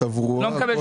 תברואה,